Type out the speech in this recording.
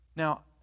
Now